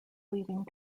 leading